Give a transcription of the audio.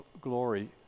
glory